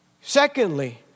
Secondly